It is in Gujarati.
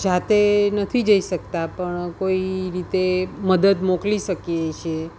જાતે નથી જઈ શકતા પણ કોઈ રીતે મદદ મોકલી શકીએ છે